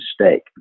mistake